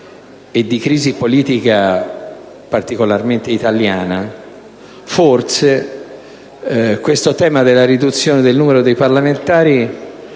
e di crisi politica che è, invece, particolarmente italiana, forse il tema della riduzione del numero dei parlamentari